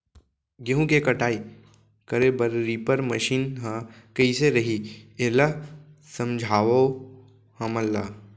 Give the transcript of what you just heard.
गेहूँ के कटाई करे बर रीपर मशीन ह कइसे रही, एला समझाओ हमन ल?